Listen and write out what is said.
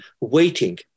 waiting